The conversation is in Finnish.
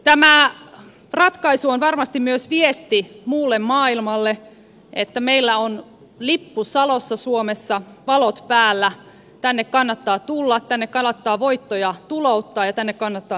tämä ratkaisu on varmasti myös viesti muulle maailmalle että meillä on lippu salossa suomessa valot päällä tänne kannattaa tulla tänne kannattaa voittoja tulouttaa ja tänne kannattaa myöskin investoida